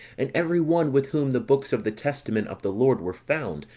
and every one with whom the books of the testament of the lord were found,